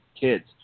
kids